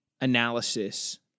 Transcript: analysis